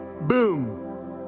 boom